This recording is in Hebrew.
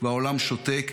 והעולם שותק,